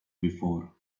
before